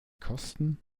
kosten